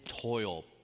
toil